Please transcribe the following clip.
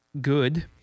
good